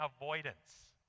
avoidance